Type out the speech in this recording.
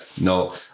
No